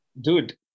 Dude